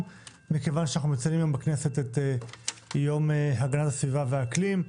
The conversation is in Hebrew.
שאנחנו מציינים היום בכנסת את יום הגנת הסביבה והאקלים,